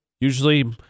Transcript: Usually